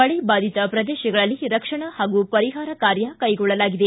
ಮಳೆಬಾಧಿತ ಪ್ರದೇಶಗಳಲ್ಲಿ ರಕ್ಷಣಾ ಹಾಗೂ ಪರಿಹಾರ ಕಾರ್ಯ ಕೈಗೊಳ್ಳಲಾಗಿದೆ